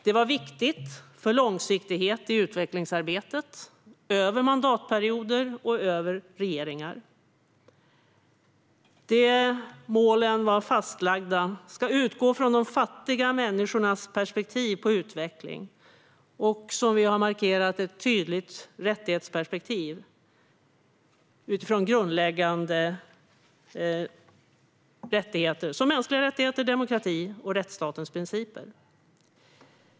Det var viktigt för att få långsiktighet i utvecklingsarbetet, över mandatperioder och över regeringar. De fastlagda målen innebär att man ska utgå från "fattiga människors perspektiv på utveckling" och, som vi har markerat, ha ett tydligt rättighetsperspektiv utifrån grundläggande rättigheter som mänskliga rättigheter, demokrati och rättsstatens principer.